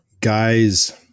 guys